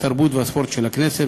התרבות והספורט של הכנסת,